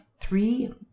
three